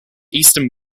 eastern